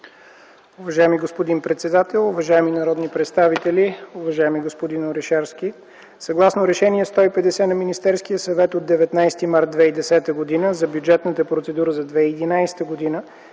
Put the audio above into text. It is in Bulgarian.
Уважаеми господин председател, уважаеми народни представители, уважаеми господин Орешарски! Съгласно Решение № 150 на Министерския съвет от 19 март 2010 г. за бюджетната процедура за 2011 г.